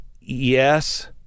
yes